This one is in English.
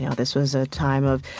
you know this was a time of,